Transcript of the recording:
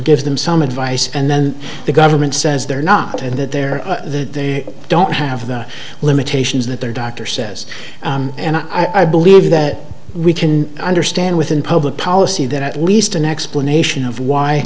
give them some advice and then the government says they're not and that they're that they don't have the limitations that their doctor says and i believe that we can understand within public policy that at least an explanation of why